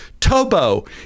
tobo